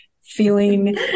feeling